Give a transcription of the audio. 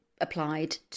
applied